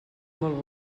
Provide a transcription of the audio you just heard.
molt